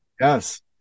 Yes